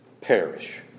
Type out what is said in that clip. perish